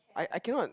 I I cannot